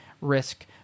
risk